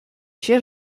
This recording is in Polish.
się